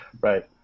Right